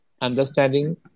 understanding